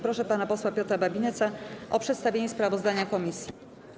Proszę pana posła Piotra Babinetza o przedstawienie sprawozdania komisji.